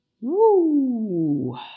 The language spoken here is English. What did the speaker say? Woo